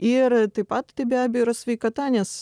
ir taip pat be abejo yra sveikata nes